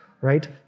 right